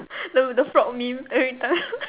ya with the frog meme everytime